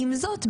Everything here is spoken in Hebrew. עם זאת,